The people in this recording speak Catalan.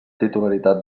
titularitat